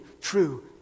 true